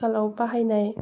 आथिखालाव बाहायनाय